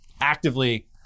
actively